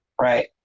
Right